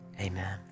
amen